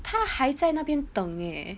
他还在那边等 eh